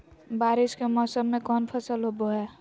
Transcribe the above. बारिस के मौसम में कौन फसल होबो हाय?